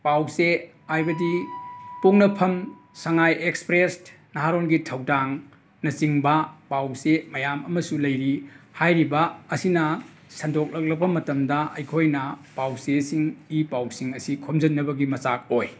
ꯄꯥꯎ ꯆꯦ ꯍꯥꯏꯕꯗꯤ ꯄꯣꯛꯅꯐꯝ ꯁꯉꯥꯏ ꯑꯦꯛꯁꯄ꯭ꯔꯦꯁꯠ ꯅꯍꯥꯔꯣꯟꯒꯤ ꯊꯧꯗꯥꯡꯅꯆꯤꯡꯕ ꯄꯥꯎ ꯆꯦ ꯃꯌꯥꯝ ꯑꯃꯁꯨ ꯂꯩꯔꯤ ꯍꯥꯏꯔꯤꯕ ꯑꯁꯤꯅ ꯁꯟꯗꯣꯛꯂꯛꯂꯕ ꯃꯇꯝꯗ ꯑꯩꯈꯣꯏꯅ ꯄꯥꯎ ꯆꯦꯁꯤꯡ ꯏ ꯄꯥꯎꯁꯤꯡ ꯑꯁꯤ ꯈꯣꯝꯖꯟꯅꯕꯒꯤ ꯃꯆꯥꯛ ꯑꯣꯏ